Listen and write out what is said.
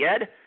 Ed